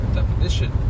definition